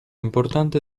importante